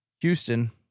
Houston